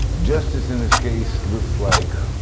justice in this case looks like